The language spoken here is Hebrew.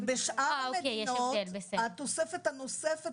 בשאר המדינות התוספות הנוספת